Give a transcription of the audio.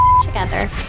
together